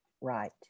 Right